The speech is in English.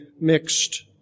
mixed